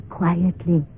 quietly